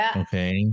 okay